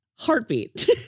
Heartbeat